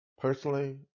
personally